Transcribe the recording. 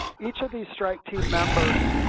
each of these strike team members,